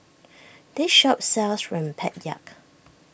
this shop sells Rempeyek